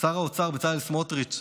שר האוצר בצלאל סמוטריץ',